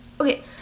Okay